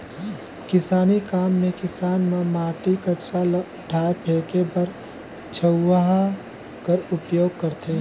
किसानी काम मे किसान मन माटी, कचरा ल उठाए फेके बर झउहा कर उपियोग करथे